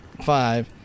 five